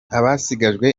abasigajwe